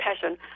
passion